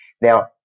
Now